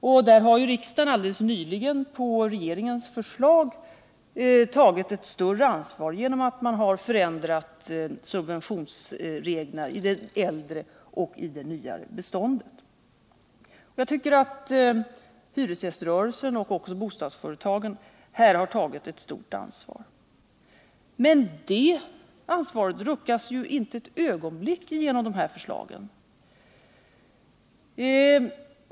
Och där har riksdagen alldeles nyligen på regeringens förslag tagit större ansvar genom att subventionsreglerna förändrats för det äldre och nyare beståndet. Jag tycker att hyresgäströrelsen och bostadsföretagen här har tagit ott stort ansvar. Men det ansvaret ruckas ju inte ett ögonblick genom dessa förslag.